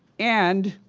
and